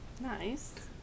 Nice